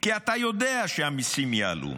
כי אתה יודע שהמיסים יעלו,